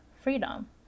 freedom